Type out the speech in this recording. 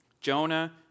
Jonah